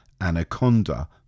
Anaconda